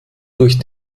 durch